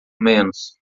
menos